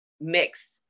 mix